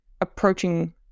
approaching